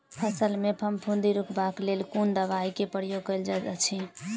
फसल मे फफूंदी रुकबाक लेल कुन दवाई केँ प्रयोग कैल जाइत अछि?